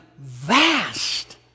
vast